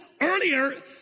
earlier